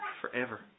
forever